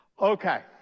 Okay